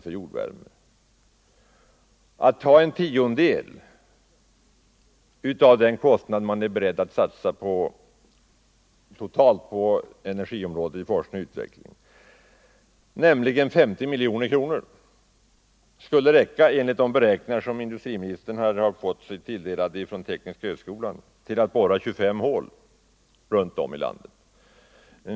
Man skulle kunna ta en tiondel av den summa man totalt är beredd att satsa på energiområdet för forskning och utveckling, nämligen 50 miljoner kronor. Enligt de beräkningar som industriministern fått från Tekniska högskolan skulle det räcka för att borra 25 hål runt om i landet.